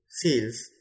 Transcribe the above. sales